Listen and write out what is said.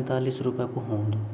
-कभी ता चला वने ची.